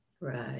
Right